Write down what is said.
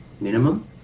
minimum